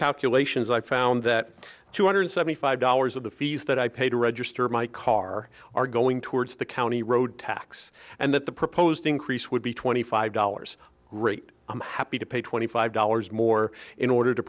calculations i found that two hundred seventy five dollars of the fees that i pay to register my car are going towards the county road tax and that the proposed increase would be twenty five dollars great i'm happy to pay twenty five dollars more in order to